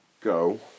go